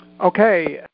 Okay